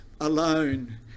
alone